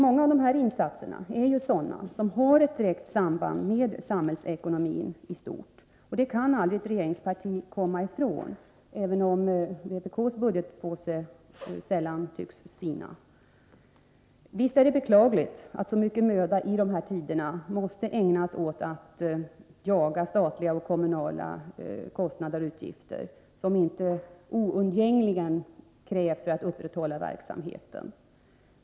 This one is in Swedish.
Många av dessa insatser har ett direkt samband med samhällsekonomin i stort, och det kan aldrig ett regeringsparti komma ifrån, även om vpk:s budgetpåse sällan tycks sina. Visst är det beklagligt att så mycken möda i dessa tider måste ägnas åt att jaga statliga och kommunala utgifter som inte oundgängligen krävs för att upprätthålla verksamheten.